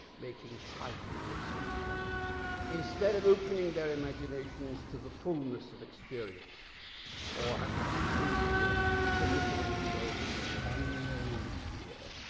making trifles of terrors instead of opening their imaginations to the fullness of experience or, as he puts it, submitting themselves to an unknown fear'